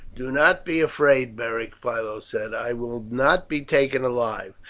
do not be afraid, beric, philo said i will not be taken alive.